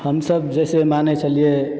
हमसब जे से मानै छलियै